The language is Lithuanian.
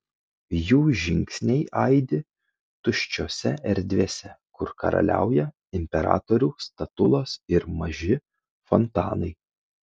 jų žingsniai aidi tuščiose erdvėse kur karaliauja imperatorių statulos ir maži fontanai